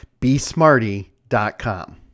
besmarty.com